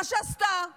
מה שעשתה מיארה,